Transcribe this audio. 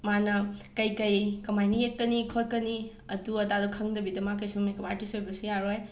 ꯃꯥꯅ ꯀꯩ ꯀꯩ ꯀꯃꯥꯏꯅ ꯌꯦꯛꯀꯅꯤ ꯈꯣꯠꯀꯅꯤ ꯑꯗꯨ ꯑꯗꯥꯗꯣ ꯈꯪꯗꯕꯤꯗ ꯃꯥ ꯀꯩꯁꯨ ꯃꯦꯀꯞ ꯑꯥꯔꯇꯤꯁ ꯑꯣꯏꯕꯁꯨ ꯌꯥꯔꯣꯏ